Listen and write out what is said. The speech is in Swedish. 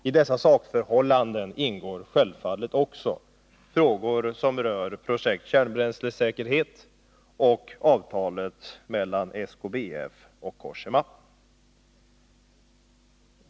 I dessa sakförhållanden ingår självfallet också frågor som rör projektet Kärnbränslesäkerhet och avtalet mellan SKBF och Cogéma.